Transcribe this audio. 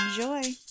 Enjoy